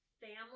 family